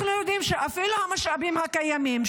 אנחנו יודעים שאפילו המשאבים הקיימים,